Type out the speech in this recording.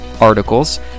articles